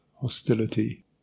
Hostility